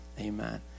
Amen